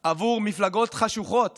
עבור מפלגות חשוכות